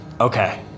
Okay